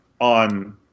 on